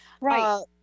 Right